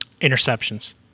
Interceptions